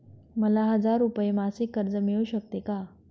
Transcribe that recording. मला हजार रुपये मासिक कर्ज मिळू शकते का?